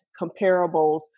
comparables